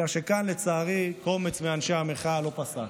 אלא שכאן, לצערי, קומץ מאנשי המחאה לא פסק.